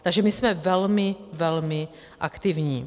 Takže my jsme velmi, velmi aktivní.